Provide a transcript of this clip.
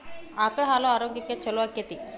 ಆಕಳ ಹಾಲು ಆರೋಗ್ಯಕ್ಕೆ ಛಲೋ ಆಕ್ಕೆತಿ?